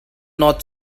not